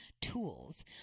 tools